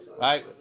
right